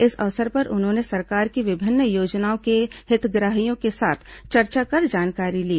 इस अवसर पर उन्होंने सरकार की विभिन्न योजनाओं के हितग्राहियों के साथ चर्चा कर जानकारी ली